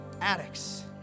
addicts